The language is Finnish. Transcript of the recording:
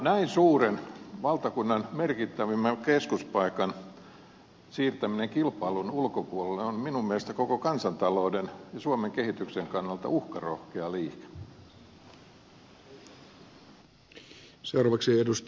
näin suuren valtakunnan merkittävimmän keskuspaikan siirtäminen kilpailun ulkopuolelle on minun mielestäni koko kansantalouden ja suomen kehityksen kannalta uhkarohkea liike